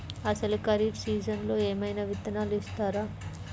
అసలు ఖరీఫ్ సీజన్లో ఏమయినా విత్తనాలు ఇస్తారా?